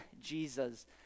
Jesus